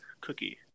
cookie